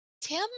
tim